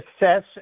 assess